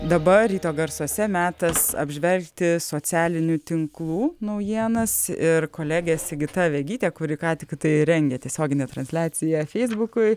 dabar ryto garsuose metas apžvelgti socialinių tinklų naujienas ir kolegė sigita vegytė kuri ką tik tai rengia tiesioginę transliaciją feisbukui